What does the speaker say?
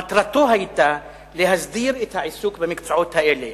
מטרתו היתה להסדיר את העיסוק במקצועות האלה.